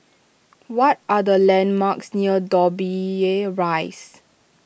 what are the landmarks near Dobbie Rise